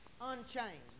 Unchanged